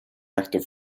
actor